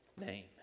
name